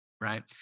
right